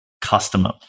customer